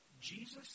Jesus